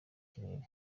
kirere